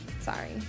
Sorry